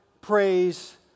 Praise